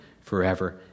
forever